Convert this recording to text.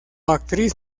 actriz